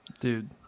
dude